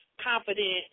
Confident